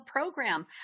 program